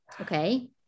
Okay